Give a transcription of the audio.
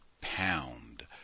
pound